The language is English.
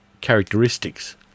characteristics